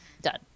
done